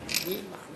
תפקידיו.